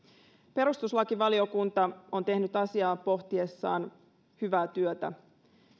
perustuslakivaliokunta on tehnyt asiaa pohtiessaan hyvää työtä